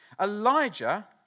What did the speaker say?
Elijah